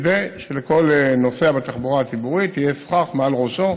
כדי שלכל נוסע בתחבורה הציבורית יהיה סכך מעל ראשו